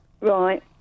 Right